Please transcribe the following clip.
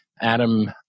Adam